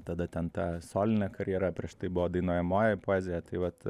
tada ten ta solinė karjera prieš tai buvo dainuojamoji poezija tai vat